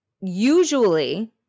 usually